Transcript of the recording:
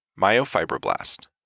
myofibroblast